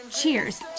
cheers